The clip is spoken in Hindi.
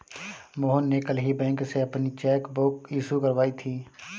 मोहन ने कल ही बैंक से अपनी चैक बुक इश्यू करवाई थी